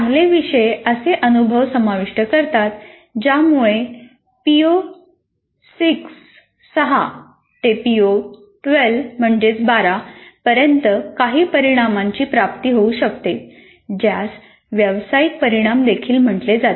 चांगले विषय असे अनुभव समाविष्ट करतात ज्यामुळे पीओ 6 ते पीओ 12 पर्यंत काही परिणामांची प्राप्ती होऊ शकते ज्यास व्यावसायिक परिणाम देखील म्हटले जाते